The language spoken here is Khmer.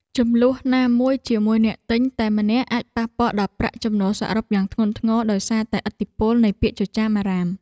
ជម្លោះណាមួយជាមួយអ្នកទិញតែម្នាក់អាចប៉ះពាល់ដល់ប្រាក់ចំណូលសរុបយ៉ាងធ្ងន់ធ្ងរដោយសារតែឥទ្ធិពលនៃពាក្យចចាមអារ៉ាម។